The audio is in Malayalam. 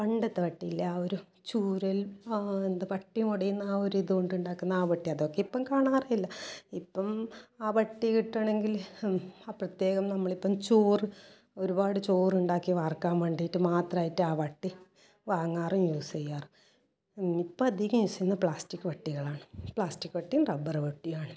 പണ്ടത്തെ വട്ടിയില്ലേ ആ ഒരു ചൂരൽ ആ എന്താണ് വട്ടി മെടയുന്ന ആ ഒരിത്കൊണ്ടുണ്ടാക്കുന്ന വട്ടി അതൊക്കെ ഇപ്പോൾ കാണാറില്ല ഇപ്പം ആ വട്ടി കിട്ടാണെങ്കിൽ ആ പ്രത്യേകം നമ്മളിപ്പോൾ ചോറ് ഒരുപാട് ചോറ് ഉണ്ടാക്കി വാർക്കാൻ വേണ്ടിയിട്ട് മാത്രമായിട്ട് ആ വട്ടി വാങ്ങാറും യൂസ് ചെയ്യാറും ഇപ്പം അധികം യൂസ് ചെയ്യുന്നത് പ്ലാസ്റ്റിക് വട്ടികളാണ് പ്ലാസ്റ്റിക് വട്ടിയും റബ്ബർ വട്ടിയുമാണ്